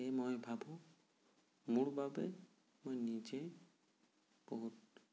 সেয়ে মই ভাবোঁ মোৰ বাবে মই নিজে বহুত